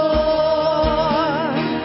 Lord